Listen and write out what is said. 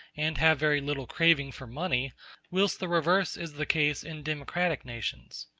and have very little craving for money whilst the reverse is the case in democratic nations.